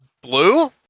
Blue